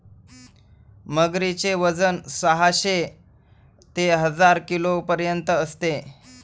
मगरीचे वजन साहशे ते हजार किलोपर्यंत असते